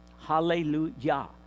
Hallelujah